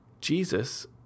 Jesus